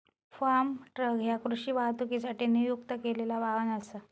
form truck ह्या कृषी वाहतुकीसाठी नियुक्त केलेला वाहन असा